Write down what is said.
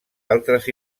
altres